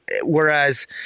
Whereas